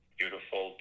beautiful